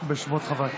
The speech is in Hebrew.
בשמות חברי הכנסת.